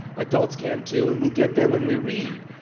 adults can too, and we get there when we read.